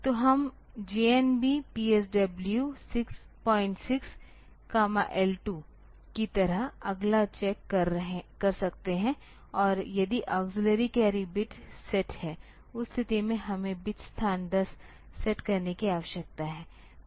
तो हम JNB PSW6 L2 की तरह अगला चेक कर सकते हैं और यदि अक्सिल्लरी कैरी बिट सेट है उस स्थिति में हमें बिट स्थान10 सेट करने की आवश्यकता है